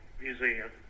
museum